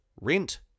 Rent